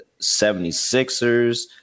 76ers